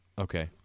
Okay